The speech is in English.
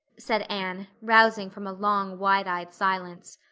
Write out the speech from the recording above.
said anne, rousing from a long, wide-eyed silence.